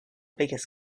biggest